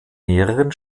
mehreren